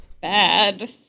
Bad